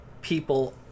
people